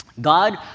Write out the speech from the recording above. God